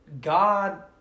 God